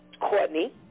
Courtney